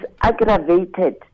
aggravated